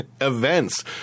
events